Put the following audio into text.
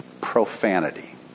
profanity